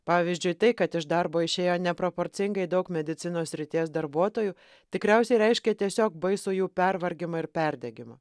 pavyzdžiui tai kad iš darbo išėjo neproporcingai daug medicinos srities darbuotojų tikriausiai reiškia tiesiog baisų jų pervargimą ir perdegimą